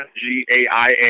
G-A-I-A